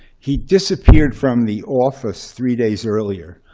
he disappeared from the office three days earlier,